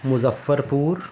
Muzaffarpur